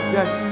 Yes